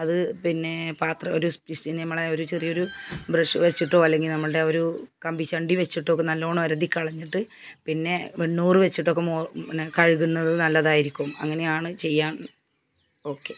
അത് പിന്നേ പാത്രം ഒരു ഇനി അമ്മളെ ഒരു ചെറിയൊരു ബ്രഷ് വെച്ചിട്ടോ അല്ലെങ്കില് നമ്മളുടെയാ ഒരു കമ്പിശണ്ടി വെച്ചിട്ടോക്കെ നല്ലവണ്ണം ഒരതിക്കളഞ്ഞിട്ട് പിന്നെ വെണ്ണൂറ് വെച്ചിട്ടൊക്കെ പിന്നെ കഴുകുന്നത് നല്ലതായിരിക്കും അങ്ങനെയാണ് ചെയ്യാന് ഓക്കെ